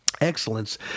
Excellence